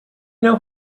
know